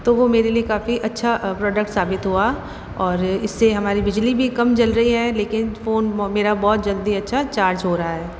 तो वो मेरे लिए काफ़ी अच्छा प्रोडक्ट साबित हुआ और इससे हमारी बिजली भी कम जल रही है लेकिन फ़ोन मेरा बहुत जल्दी अच्छा चार्ज हो रहा है